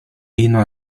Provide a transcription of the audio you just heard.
vino